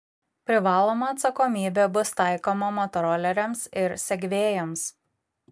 privaloma atsakomybė bus taikoma motoroleriams ir segvėjams